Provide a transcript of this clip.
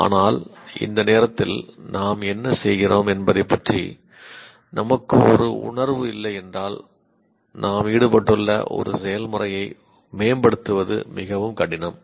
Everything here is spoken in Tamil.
ஆனால் இந்த நேரத்தில் நாம் என்ன செய்கிறோம் என்பதைப் பற்றி நமக்குத் ஒரு உணர்வு இல்லை என்றால் நாம் ஈடுபட்டுள்ள ஒரு செயல்முறையை மேம்படுத்துவது மிகவும் கடினம்